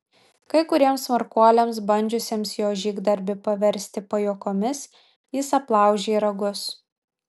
kai kuriems smarkuoliams bandžiusiems jo žygdarbį paversti pajuokomis jis aplaužė ragus